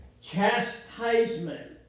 Chastisement